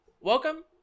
welcome